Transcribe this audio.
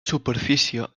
superfície